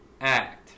act